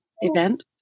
event